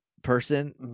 person